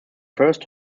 first